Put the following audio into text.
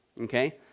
Okay